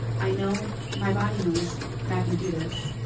i know, my body knows, that i can do this.